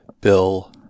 bill